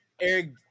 Eric